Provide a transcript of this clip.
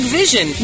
vision